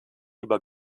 über